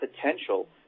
potential